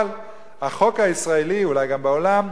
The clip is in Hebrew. אבל החוק הישראלי, אולי גם בעולם,